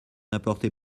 apporté